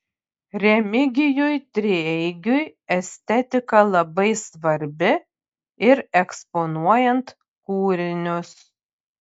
remigijui treigiui estetika labai svarbi ir eksponuojant kūrinius